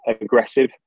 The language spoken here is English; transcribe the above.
aggressive